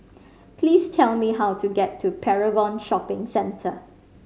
please tell me how to get to Paragon Shopping Centre